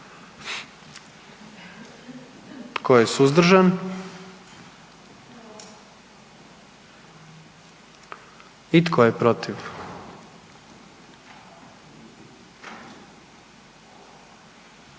Tko je suzdržan? I tko je protiv?